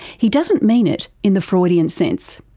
he doesn't mean it in the freudian sense.